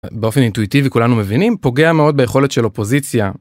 באופן אינטואיטיבי כולנו מבינים פוגע מאוד ביכולת של אופוזיציה.